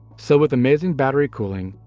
so with amazing battery cooling,